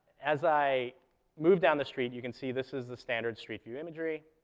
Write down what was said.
as i move down the street, you can see this is the standard street view imagery.